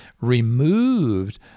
removed